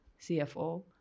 CFO